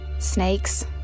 Snakes